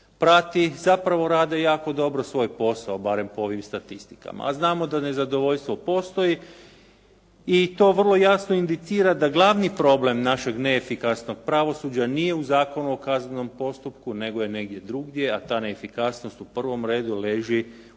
prati zapravo rade jako dobro svoj posao barem po ovim statistika, a znamo da nezadovoljstvo postoji i to vrlo jasno indicira da glavni problem našeg neefikasnog pravosuđa nije u Zakonu o kaznenom postupku, nego je negdje drugdje, a ta neefikasnost u prvom redu leži u onome